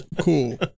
cool